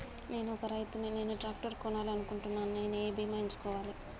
నేను ఒక రైతు ని నేను ట్రాక్టర్ కొనాలి అనుకుంటున్నాను నేను ఏ బీమా ఎంచుకోవాలి?